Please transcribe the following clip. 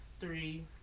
three